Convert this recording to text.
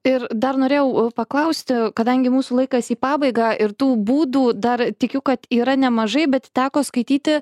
ir dar norėjau paklausti kadangi mūsų laikas į pabaigą ir tų būdų dar tikiu kad yra nemažai bet teko skaityti